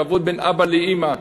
כבוד בין אבא לאימא.